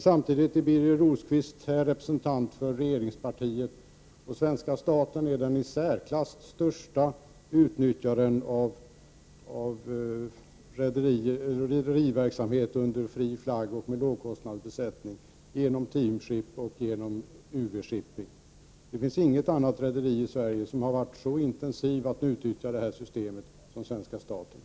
Samtidigt är Birger Rosqvist representant för regeringspartiet, och svenska staten är den i särklass största utnyttjaren av rederiverksamhet under fri flagg och med lågkostnadsbesättning, genom Team Ship och genom UV Shipping. Det finns inget annat rederi i Sverige som så intensivt utnyttjat det systemet som svenska statens.